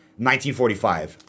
1945